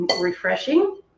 refreshing